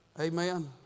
Amen